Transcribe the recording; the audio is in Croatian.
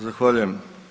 Zahvaljujem.